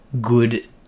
good